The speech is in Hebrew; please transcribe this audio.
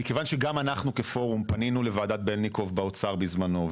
מכיוון שגם אנחנו כפורום פנינו לוועדת בניקוב באוצר בזמנו,